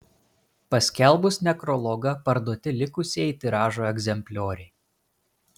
paskelbus nekrologą parduoti likusieji tiražo egzemplioriai